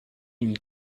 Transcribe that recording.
une